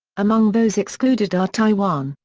among those excluded are taiwan,